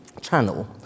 Channel